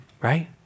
right